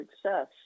success